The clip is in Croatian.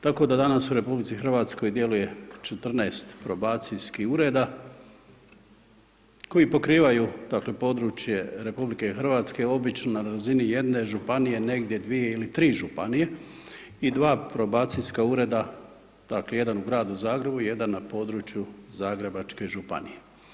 Tako da danas u RH djeluje 14 probacijskih ureda, koji pokrivaju područje RH obično na razini jedne županije, negdje dvije ili tri županije i dva probacijska ureda, dakle jedan u gradu Zagrebu, jedan na području Zagrebačke županije.